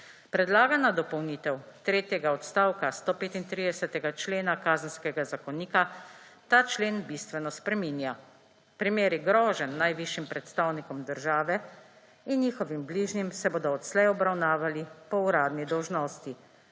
Predlagana dopolnitev tretjega odstavka 135. člena Kazenskega zakonika ta člen bistveno spreminja. Primeri groženj najvišjim predstavnikom države in njihovim bližnjim se bodo odslej obravnavali po uradni dolžnosti,